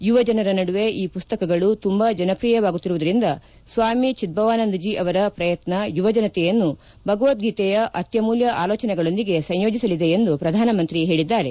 ಯುವಜನರ ನಡುವೆ ಈ ಮಸ್ಕಗಳು ತುಂಬಾ ಜನಪ್ರಿಯವಾಗುತ್ತಿರುವುದರಿಂದ ಸ್ನಾಮಿ ಚಿಧವಾನಂದ್ಜೀ ಅವರ ಪ್ರಯತ್ನ ಯುವಜನತೆಯನ್ನು ಭಗವದ್ಗೀತೆಯ ಅತ್ಲಮೂಲ್ಲ ಅಲೋಚನೆಗಳೊಂದಿಗೆ ಸಂಯೋಜಿಸಲಿದೆ ಎಂದು ಪ್ರಧಾನಮಂತ್ರಿ ಹೇಳಿದ್ದಾರೆ